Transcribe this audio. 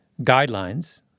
guidelines